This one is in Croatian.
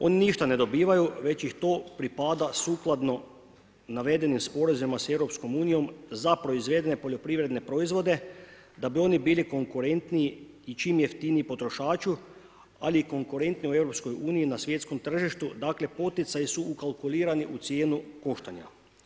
Oni ništa ne dobivaju, već im to pripada sukladno navedenim sporazumima sa EU za proizvedene poljoprivredne proizvode, da bi oni bili konkurentniji i čim jeftiniji potrošaču, ali konkurentniji u EU na svjetskom tržištu, dakle poticaji su ukalkulirani u cijenu koštanja.